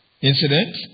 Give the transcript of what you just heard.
incident